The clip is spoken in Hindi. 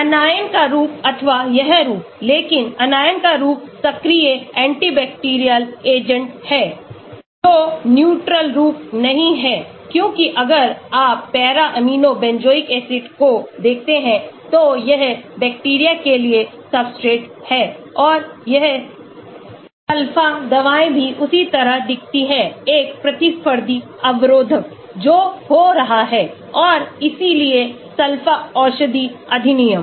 Anion का रूप अथवा यह रूप लेकिन Anion का रूप सक्रिय एंटी बैक्टीरियल एजेंट है जो न्यूट्रल रूप नहीं है क्योंकि अगर आप पैरा एमिनो बेंजोइक एसिड को देखते हैं तो यह बैक्टीरिया के लिए सब्सट्रेट है और यह सल्फा दवाएं भी उसी तरह दिखती हैं एक प्रतिस्पर्धी अवरोध जो हो रहा है और इसलिए सल्फा औषधि अधिनियम